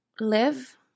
live